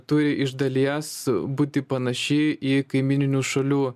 turi iš dalies būti panaši į kaimyninių šalių